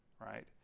right